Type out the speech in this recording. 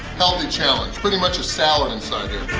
healthy challenge, pretty much a salad inside here!